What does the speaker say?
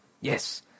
Yes